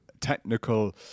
technical